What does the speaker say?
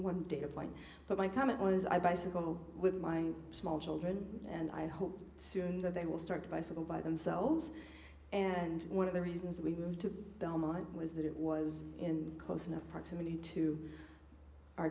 one data point but my comment was i bicycle with my small children and i hope soon that they will start to bicycle by themselves and one of the reasons we moved to belmont was that it was in close enough proximity to our